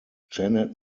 janet